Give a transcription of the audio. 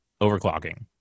overclocking